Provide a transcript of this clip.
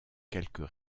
quelques